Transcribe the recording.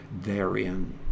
therein